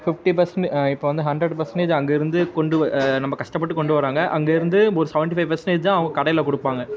fifty percent இப்போ வந்து hundred percentage அங்கேருந்து கொண்டு வ நம்ப கஷ்டப்பட்டு கொண்டு வராங்க அங்கேருந்து ஒரு சவன்ட்டி ஃபை பர்சென்டேஜ் தான் அவங்க கடையில் கொடுப்பாங்க